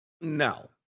no